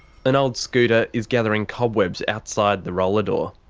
an old scooter is gathering cobwebs outside the roller door.